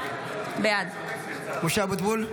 בעד משה אבוטבול,